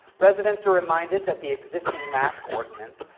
residents are reminded that the existing mask ordinance,